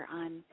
on